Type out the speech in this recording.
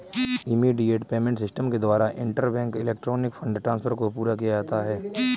immediate payment system के द्वारा interbank electronic fund transfer को पूरा किया जाता है